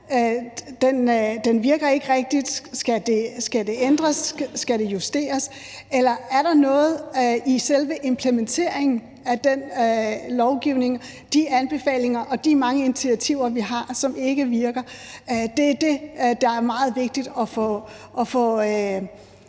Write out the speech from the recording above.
den virker ikke rigtig. Skal det ændres, skal det justeres, eller er der noget i selve implementeringen af den lovgivning, de anbefalinger og de mange initiativer, vi har, som ikke virker? Det er det, det er meget vigtigt at få